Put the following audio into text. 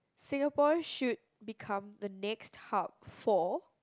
Singapore should become the next hub for